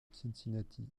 cincinnati